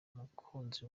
umukunzi